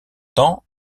temps